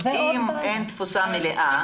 אם אין תפוסה מלאה,